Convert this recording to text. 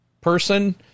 person